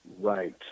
Right